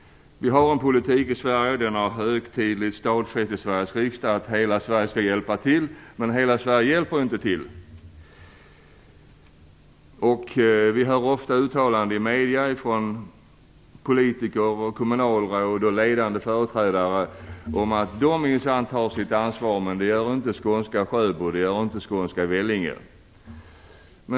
Vi har en politik i Sverige - och den är högtidligt stadfäst i Sveriges riksdag - att hela Sverige skall hjälpa till. Men hela Sverige hjälper inte till. Vi hör ofta uttalanden i medierna från politiker, kommunalråd och ledande företrädare om att de minsann tar sitt ansvar, men det gör inte skånska Sjöbo och skånska Vellinge.